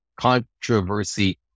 controversy